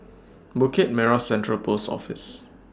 Bukit Merah Central Post Office